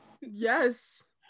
yes